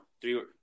Three